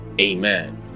amen